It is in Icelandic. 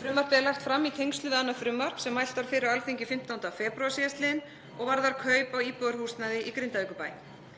Frumvarpið er lagt fram í tengslum við annað frumvarp sem mælt var fyrir á Alþingi 15. febrúar sl. og varðar kaup á íbúðarhúsnæði í Grindavíkurbæ.